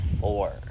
four